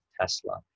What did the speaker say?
Tesla